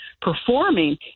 performing